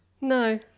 No